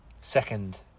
Second